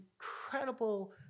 incredible